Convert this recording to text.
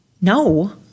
No